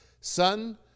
Son